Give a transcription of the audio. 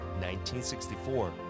1964